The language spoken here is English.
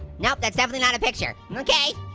nope, that's definitely not a picture. okay,